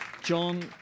John